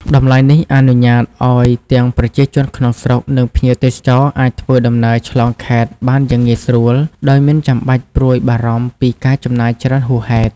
តម្លៃនេះអនុញ្ញាតឱ្យទាំងប្រជាជនក្នុងស្រុក និងភ្ញៀវទេសចរអាចធ្វើដំណើរឆ្លងខេត្តបានយ៉ាងងាយស្រួលដោយមិនចាំបាច់ព្រួយបារម្ភពីការចំណាយច្រើនហួសហេតុ។